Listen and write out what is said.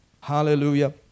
Hallelujah